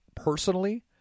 Personally